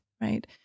Right